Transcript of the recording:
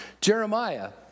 Jeremiah